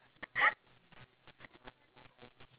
okay I keep your earlobes in my prayers